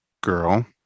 girl